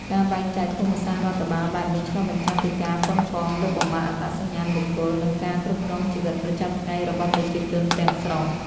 ការបែងចែកភូមិសាស្ត្ររដ្ឋបាលបែបនេះឆ្លុះបញ្ចាំងពីការប៉ុនប៉ងលុបបំបាត់អត្តសញ្ញាណបុគ្គល និងការគ្រប់គ្រងជីវិតប្រចាំថ្ងៃរបស់ប្រជាជនទាំងស្រុង។